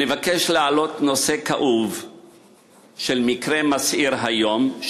אני מבקש להעלות נושא כאוב של מקרה מסעיר שקרה היום.